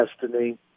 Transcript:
destiny